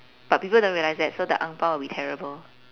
but people don't realise that so the ang pao will be terrible